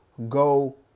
go